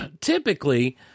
typically